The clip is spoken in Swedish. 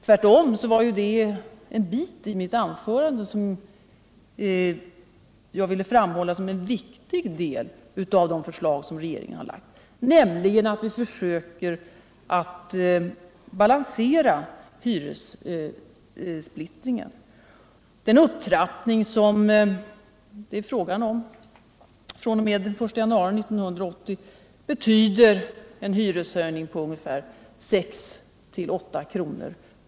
Tvärtom ville jag sorn en viktig del i mitt anförande och i de förslag som regeringen har lagt fram framhålla att vi försöker att balansera hyressplittringen. Den upptrappning som det är fråga om fr.o.m. den 1 januari 1980 betyder en hyreshöjning på ungefär 6-8 kr.